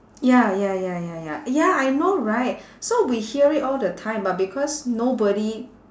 ya ya ya ya ya ya I know right so we hear it all the time but because nobody